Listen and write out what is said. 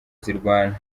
zirwana